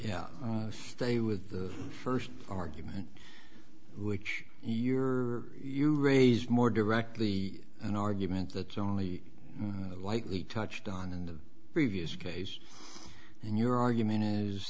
yeah stay with the first argument which you're you raise more directly an argument that's only lightly touched on in the previous case and your argument is